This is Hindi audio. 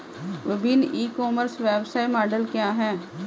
विभिन्न ई कॉमर्स व्यवसाय मॉडल क्या हैं?